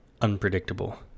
unpredictable